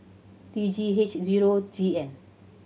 T Three H zero G M